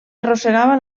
arrossegava